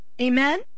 Amen